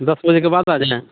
दस बजे के बाद आ जाएँ